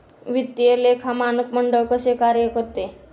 वित्तीय लेखा मानक मंडळ कसे कार्य करते?